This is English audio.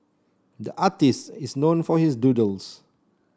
the artist is known for his doodles